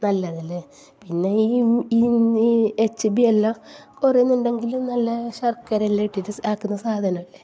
നല്ലത് അല്ലേ പിന്നെ ഈ എച്ച്ബി എല്ലാം കുറയുന്നുണ്ടെങ്കിലും നല്ല ശര്ക്കര എല്ലാം ഇട്ടിട്ടു ആക്കുന്ന സാധനം അല്ലേ